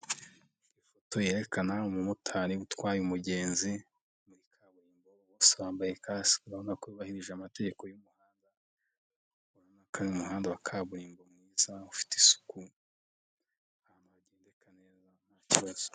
Ifoto yerekana umumotari utwaye umugenzi muri kaburimbo, bose bambaye kasike ubona ko bubahiririje amategeko y'umuhanda, urabona ko ari umuhanda wa kaburimbo mwiza ufite isuku ahantu hagendeka neza ntakibazo.